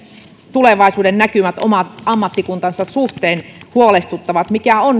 tulevaisuudennäkymät oman ammattikuntansa suhteen huolestuttavat mikä on